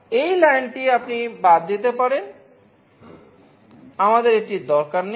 এই লাইনটি আপনি বাদ দিতে পারেন আমাদের এটির দরকার নেই